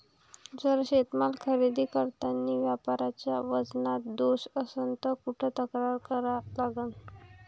जर शेतीमाल खरेदी करतांनी व्यापाऱ्याच्या वजनात दोष असन त कुठ तक्रार करा लागन?